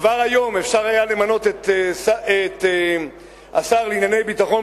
כבר היום היה אפשר למנות את השר לענייני ביטחון